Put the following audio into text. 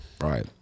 Right